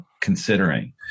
considering